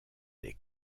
des